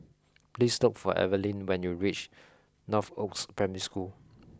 please look for Evaline when you reach Northoaks Primary School